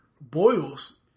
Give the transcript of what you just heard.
boils